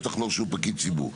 בטח שהוא פקיד ציבור.